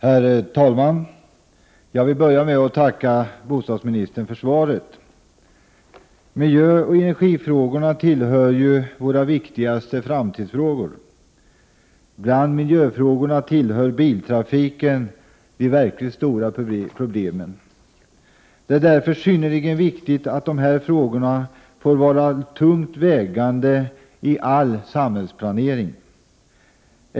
Herr talman! Jag vill börja med att tacka bostadsministern för svaret. Miljöoch energifrågorna tillhör ju våra viktigaste framtidsfrågor. Bland miljöfrågorna är biltrafiken ett av de verkligt stora problemen. Det är därför synnerligen viktigt att dessa frågor får vara tungt vägande i all samhällsplanering.